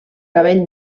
cabell